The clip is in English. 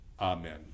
Amen